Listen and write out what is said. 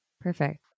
Perfect